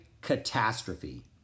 Catastrophe